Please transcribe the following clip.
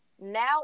Now